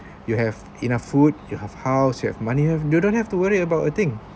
you have enough food you have house you have money you don't have to worry about a thing